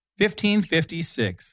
1556